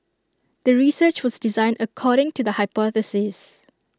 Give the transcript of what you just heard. the research was designed according to the hypothesis